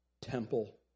temple